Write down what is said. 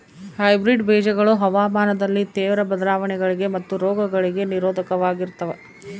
hybrid ಬೇಜಗಳು ಹವಾಮಾನದಲ್ಲಿನ ತೇವ್ರ ಬದಲಾವಣೆಗಳಿಗೆ ಮತ್ತು ರೋಗಗಳಿಗೆ ನಿರೋಧಕವಾಗಿರ್ತವ